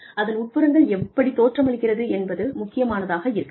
அதன் உட்புறங்கள் எப்படி தோற்றமளிக்கிறது என்பது முக்கியமானதாக இருக்கலாம்